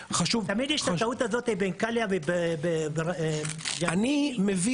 תמיד יש את הטעות הזאת בין קליה ו --- אני מביא